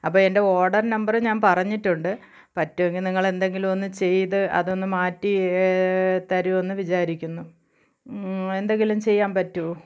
അപ്പോൾ എന്റെ order number ഞാൻ പറഞ്ഞിട്ടുണ്ട് പറ്റുമെങ്കിൽ നിങ്ങൾ എന്തെങ്കിലുമൊന്ന് ചെയ്തു അതൊന്ന് മാറ്റി തരുമെന്ന് വിചാരിക്കുന്നു എന്തെങ്കിലും ചെയ്യാൻ പറ്റുമോ